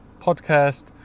podcast